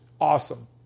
awesome